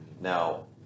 Now